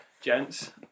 gents